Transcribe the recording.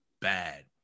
bad